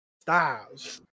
Styles